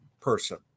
person